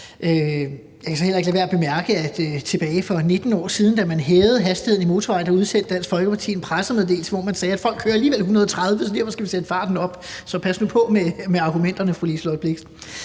Jeg kan så heller ikke lade være med at bemærke, at da man for 19 år siden hævede hastigheden på motorvejen, udsendte Dansk Folkeparti en pressemeddelelse, hvor der stod, at folk kører alligevel 130 km/t., så derfor skal vi sætte farten op. Så pas nu på med argumenterne, fru Liselott Blixt.